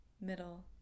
middle